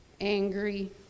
angry